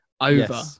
over